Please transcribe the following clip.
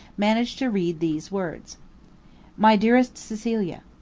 managed to read these words my dearest cecilia.